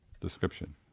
description